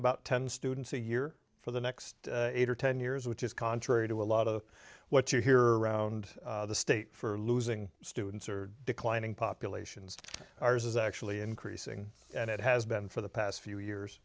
about ten students a year for the next eight or ten years which is contrary to a lot of what you hear around the state for losing students are declining populations ours is actually increasing and it has been for the past few